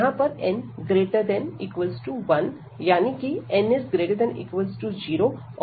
यहां पर n≥1 यानी कि n≥0 और p1